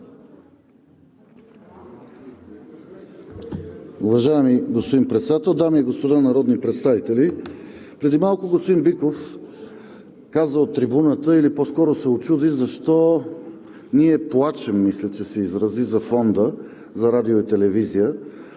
Уважаеми господин Председател, дами и господа народни представители! Преди малко господин Биков каза от трибуната или по-скоро се учуди защо ние плачем, мисля, че се изрази, за Фонда за радио и телевизия.